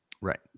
Right